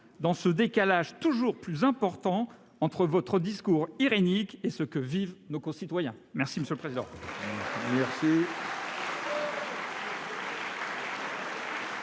dans ce décalage toujours plus important entre votre discours irénique et ce que vivent nos concitoyens. La parole est